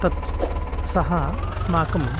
तत् सः अस्माकम्